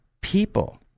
people